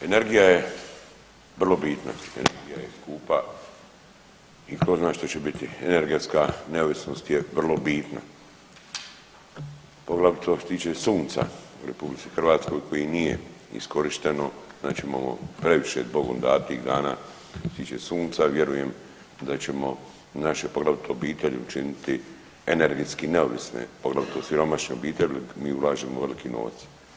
Energija je vrlo bitna, energija je skupa i tko zna što će biti, energetska neovisnost je vrlo bitna, poglavito što se tiče sunca u RH koje nije iskorišteno, znači imamo previše Bogom datih dana što se tiče sunca, vjerujem da ćemo naše poglavito obitelji učiniti energetski neovisne, poglavito siromašne obitelji, mi ulažemo veliki novac.